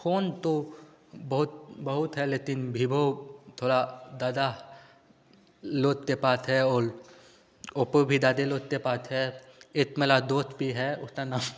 phone तो बहुत बहुत है लेतिन भिभो थोड़ा दादा लोत ते पाथ है ओल ओप्पो भी दादे लोत ते पाथ है एत मेला दोथ भी है उता नाम